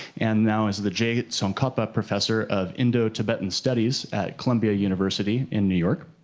and now is the jey tsong khapa professor of indo-tibetan studies at columbia university in new york.